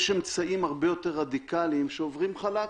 יש אמצעים הרבה יותר רדיקליים שעוברים חלק.